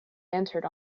entered